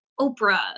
Oprah